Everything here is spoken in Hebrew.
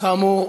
כאמור,